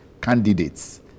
candidates